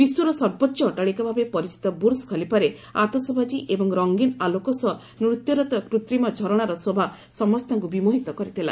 ବିଶ୍ୱର ସର୍ବୋଚ୍ଚ ଅଟ୍ଟାଳିକା ଭାବେ ପରିଚିତ ବୁର୍ଜ ଖଲିଫାରେ ଆତସବାଜୀ ଏବଂ ରଙ୍ଗୀନ ଆଲୋକ ସହ ନୂତ୍ୟରତ କୃତ୍ରିମ ଝରଣାର ଶୋଭା ସମସ୍ତଙ୍କୁ ବିମୋହିତ କରିଥିଲା